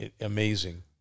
Amazing